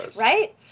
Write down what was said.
Right